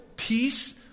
Peace